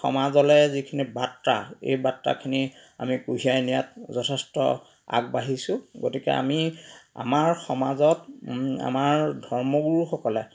সমাজলে যিখিনি বাৰ্তা এই বাৰ্তাখিনি আমি কঢ়িয়াই নিয়াত যথেষ্ট আগবাঢ়িছো গতিকে আমি আমাৰ সমাজত আমাৰ ধৰ্মগুৰুসকলে